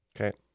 Okay